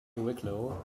wicklow